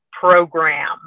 program